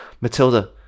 Matilda